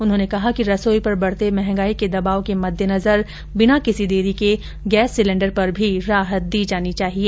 उन्होंने कहा कि रसोई पर बढ़ते महंगाई के दबाव के मद्देनजर बिना किसी देरी के गैस सिलेण्डर पर भी राहत दी जानी चाहिए